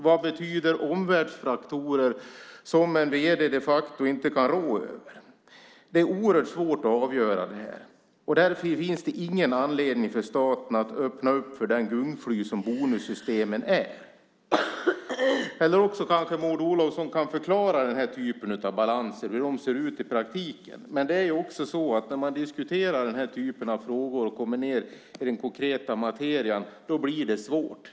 Vad betyder omvärldsfaktorer som en vd de facto inte kan rå över? Det är oerhört svårt att avgöra det här. Därför finns det ingen anledning för staten att öppna för den gungfly som bonussystemen är. Eller kanske Maud Olofsson kan förklara den här typen av balanser, hur de ser ut i praktiken. När man diskuterar den här typen av frågor och kommer ned i den konkreta materien blir det svårt.